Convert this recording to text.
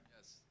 Yes